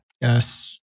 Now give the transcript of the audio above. Yes